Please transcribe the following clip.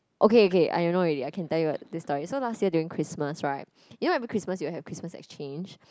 okay okay I know already I can tell you this story so last year during Christmas right you know every Christmas you'll have Christmas exchange